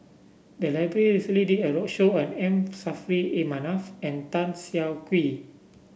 the library recently did a roadshow on M Saffri A Manaf and Tan Siah Kwee